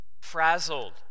frazzled